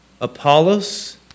Apollos